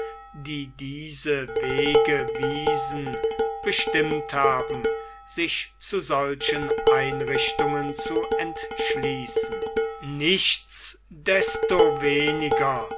die diese wege wiesen bestimmt haben sich zu solchen einrichtungen zu entschließen nichtsdestoweniger